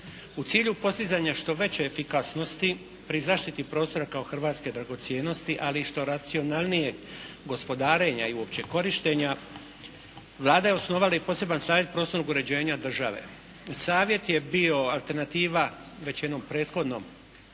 U cilju postizanja što veće efikasnosti pri zaštiti prostora kao hrvatske dragocjenosti, ali i što racionalnijeg gospodarenja i uopće korištenja, Vlada je osnovala i poseban savjet prostornog uređenja države. Savjet je bio alternativa već jednom prethodnom